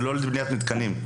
ולא לבניית מתקנים.